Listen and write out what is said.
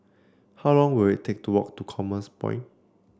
how long will it take to walk to Commerce Point